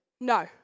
no